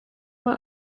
man